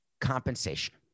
compensation